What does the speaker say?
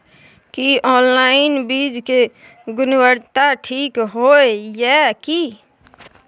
की online बीज के गुणवत्ता ठीक होय ये की?